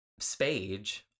spage